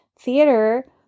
theater